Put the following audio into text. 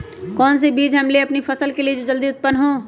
कौन सी बीज ले हम अपनी फसल के लिए जो जल्दी उत्पन हो?